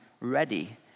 ready